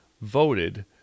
voted